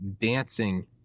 dancing